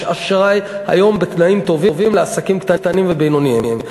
יש אשראי היום בתנאים טובים לעסקים קטנים ובינוניים.